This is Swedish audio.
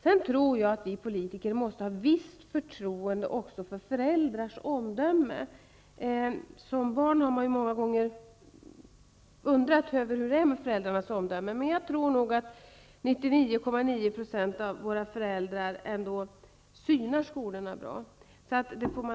Sedan tror jag att vi politiker måste ha visst förtroende också för föräldrars omdöme. Som barn har man ju många gånger undrat över hur det är med föräldrarnas omdöme, men jag tror att 99,9 % av föräldrarna synar skolorna bra.